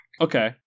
Okay